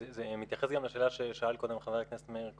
זה מתייחס גם לשאלה ששאל קודם חבר הכנסת מאיר כהן.